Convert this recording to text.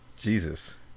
Jesus